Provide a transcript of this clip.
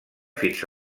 fins